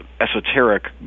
esoteric